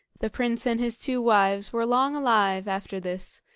the prince and his two wives were long alive after this,